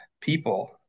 people